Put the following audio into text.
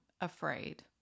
afraid